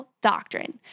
doctrine